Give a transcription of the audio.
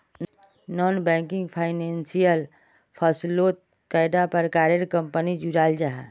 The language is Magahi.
नॉन बैंकिंग फाइनेंशियल फसलोत कैडा प्रकारेर कंपनी जुराल जाहा?